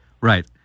Right